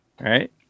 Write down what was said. Right